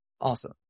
awesome